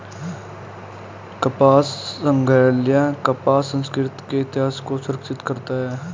कपास संग्रहालय कपास संस्कृति के इतिहास को संरक्षित करता है